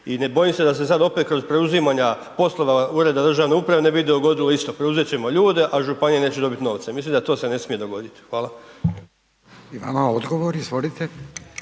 I ne bojim se da se sad opet kroz preuzimanja poslova Ureda državne uprave ne bi dogodilo isto, preuzet ćemo ljude, a županije neće dobit novce, mislim da to se ne smije dogodit. Hvala.